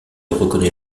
reconnaît